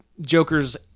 Joker's